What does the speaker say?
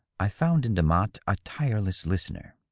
i found in demotte a tireless listener.